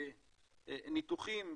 ניתוחים,